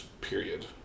period